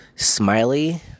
Smiley